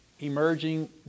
Emerging